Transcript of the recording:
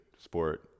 sport